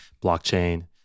blockchain